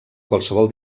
qualsevol